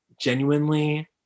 genuinely